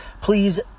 please